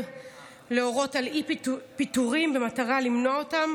להורות על אי-פיטורים במטרה למנוע פיטורים